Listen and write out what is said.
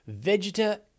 Vegeta